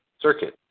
circuit